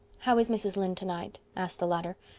how is mrs. lynde tonight? asked the latter.